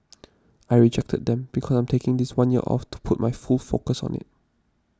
I rejected them because I'm taking this one year off to put my full focus on it